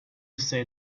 say